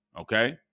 Okay